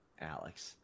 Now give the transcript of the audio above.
Alex